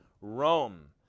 Rome